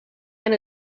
and